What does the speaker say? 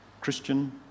Christian